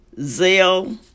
Zell